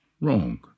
wrong